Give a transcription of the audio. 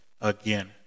Again